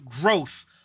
growth